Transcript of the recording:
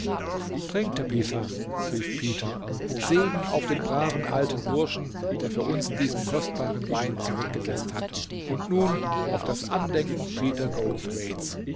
trink tabitha rief peter segen auf den braven alten burschen der für uns diesen kostbaren wein zurück gesetzt hat und nun auf das andenken peter goldthwaite's